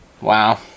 Wow